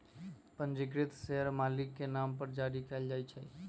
पंजीकृत शेयर मालिक के नाम पर जारी कयल जाइ छै